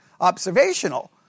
observational